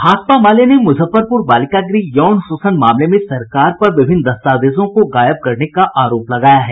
भाकपा माले ने मुजफ्फरपुर बालिका गृह यौन शोषण मामले में सरकार पर विभिन्न दस्तावेजों को गायब करने का अरोप लगाया है